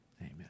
Amen